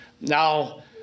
Now